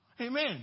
Amen